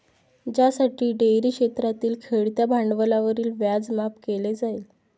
ज्यासाठी डेअरी क्षेत्रातील खेळत्या भांडवलावरील व्याज माफ केले जाईल